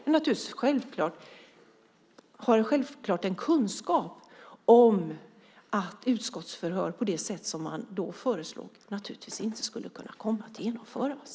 Han har självklart en kunskap om att utskottsförhör på det sätt som då föreslogs naturligtvis inte skulle kunna komma att genomföras.